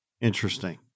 Interesting